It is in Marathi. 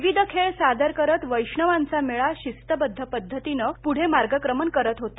विविध खेळ सादर करीत वैष्णवांचा मेळा शिस्तबध्द पध्दतीने प्ढे मार्गक्रमण करीत होता